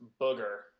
booger